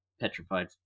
Petrified